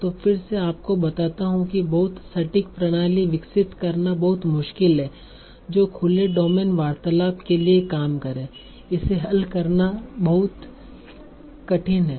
तो फिर से आपको बताता हु कि बहुत सटीक प्रणाली विकसित करना बहुत मुश्किल है जो खुले डोमेन वार्तालाप के लिए काम करे इसे हल करना बहुत कठिन समस्या है